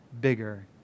bigger